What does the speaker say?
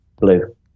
blue